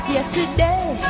Yesterday